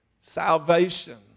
Salvation